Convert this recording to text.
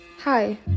Hi